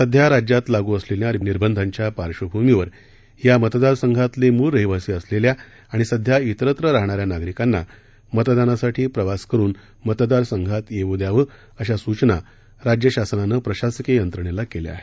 सध्या राज्यात लागू असलेल्या निर्बंधाच्या पार्श्वभूमीवर या मतदार संघातले मुळ रहिवासी असलेल्या आणि सध्या विरत्र राहणाऱ्या नागरिकांना मतदानासाठी प्रवास करुन मतदारसंघात येऊ द्यावं अशा सूचना राज्यशासनानं प्रशासकीय यंत्रणेला केल्या आहेत